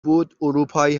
بود، اروپایی